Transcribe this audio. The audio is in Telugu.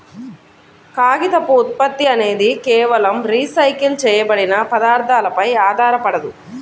కాగితపు ఉత్పత్తి అనేది కేవలం రీసైకిల్ చేయబడిన పదార్థాలపై ఆధారపడదు